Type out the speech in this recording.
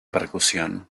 percusión